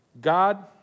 God